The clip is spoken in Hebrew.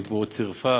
היא צירפה